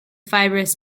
fibrous